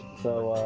so, ah.